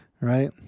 Right